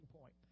point